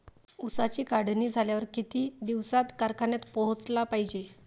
ऊसाची काढणी झाल्यावर किती दिवसात कारखान्यात पोहोचला पायजे?